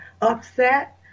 upset